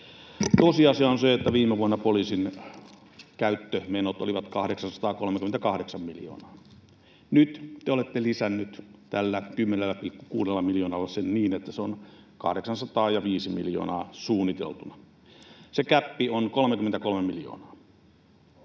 Tosiasia on se, että viime vuonna poliisin käyttömenot olivat 838 miljoonaa. Nyt te olette ”lisänneet” tällä 10,6 miljoonalla sen niin, että se on 805 miljoonaa suunniteltuna. Se gäppi on 33 miljoonaa.